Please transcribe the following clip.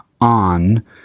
on